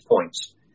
points